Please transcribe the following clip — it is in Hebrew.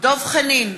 דב חנין,